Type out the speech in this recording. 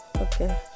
Okay